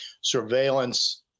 surveillance